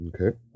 Okay